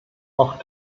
auch